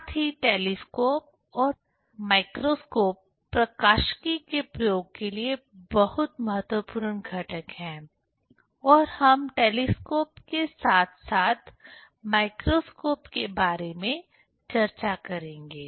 साथ ही टेलीस्कोप और माइक्रोस्कोप प्रकाशिकी के प्रयोग के लिए बहुत महत्वपूर्ण घटक हैं और हम टेलीस्कोप के साथ साथ माइक्रोस्कोप के बारे में चर्चा करेंगे